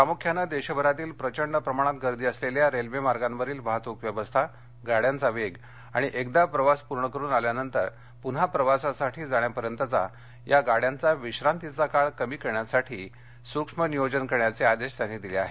प्रामुख्यानं देशभरातील प्रचंड प्रमाणात गर्दी असलेल्या रेल्वे मार्गावरील वाहतूक व्यवस्था गाड्यांचा वेग आणि एकदा प्रवास पूर्ण करून आल्यानंतर पुन्हा प्रवासासाठी जाण्यापर्यंतचा या गाड्यांचा विश्रांतीचा काळ कमी करण्यासाठी सूक्ष्म नियोजन करण्याचे आदेश दिले आहेत